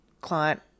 client